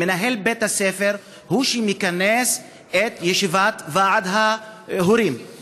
מנהל בית הספר הוא שמכנס את ישיבת ועד ההורים,